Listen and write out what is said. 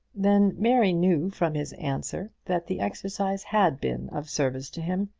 then mary knew from his answer that the exercise had been of service to him,